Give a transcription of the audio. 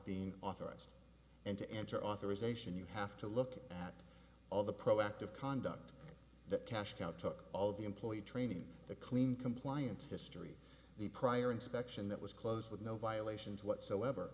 being authorized and to enter authorisation you have to look at all the proactive conduct that cash cow took all the employee training the clean compliance history the prior inspection that was closed with no violations whatsoever